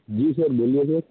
जी sir बोलिए sir